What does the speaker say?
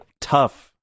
tough